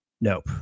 nope